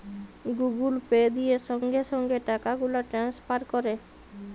Google Pay দিয়ে সংগে সংগে টাকাগুলা টেলেসফার ক্যরা